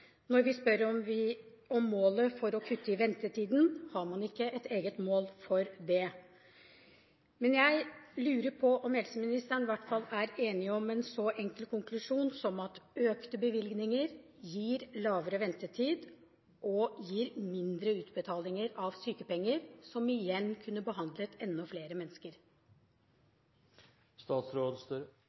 Når vi spør om målet for å kutte i ventetiden, har man ikke et eget mål for det. Men jeg lurer på om helseministeren i hvert fall er enig i en så enkel konklusjon som at økte bevilgninger gir lavere ventetid og mindre utbetalinger av sykepenger, som igjen kunne behandlet enda flere